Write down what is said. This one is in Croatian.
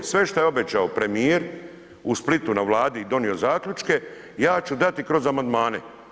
Sve što je obećao premijer u Splitu na vladi i donio zaključke ja ću dati kroz amandmane.